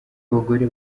abagore